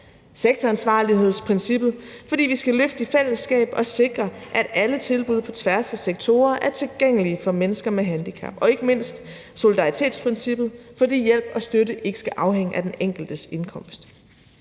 sektoransvarlighedsprincippet, fordi vi skal løfte i fællesskab og sikre, at alle tilbud på tværs af sektorer er tilgængelige for mennesker med handicap; og ikke mindst solidaritetsprincippet, fordi hjælp og støtte ikke skal afhænge af den enkeltes indkomst.